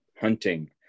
hunting